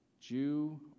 Jew